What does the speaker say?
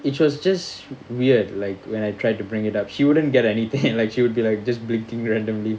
it was just weird like when I tried to bring it up she wouldn't get anything like she would be like just blinking randomly